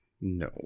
no